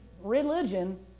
Religion